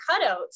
cutouts